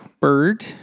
bird